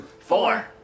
four